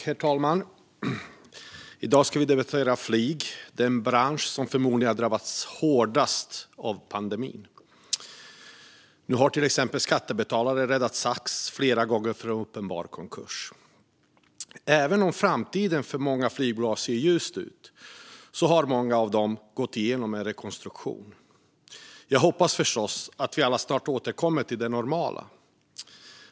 Herr talman! I dag ska vi debattera flyget, den bransch som förmodligen har drabbats hårdast av pandemin. Nu har till exempel skattebetalare räddat SAS flera gånger från uppenbar konkurs. Även om framtiden för många flygbolag ser ljus ut har många av dem gått igenom rekonstruktion. Jag hoppas förstås att vi alla snart återgår till det normala.